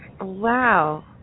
Wow